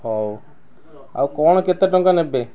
ହଉ ଆଉ କ'ଣ କେତେ ଟଙ୍କା ନେବେ